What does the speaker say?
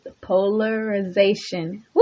polarization